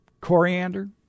coriander